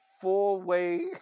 four-way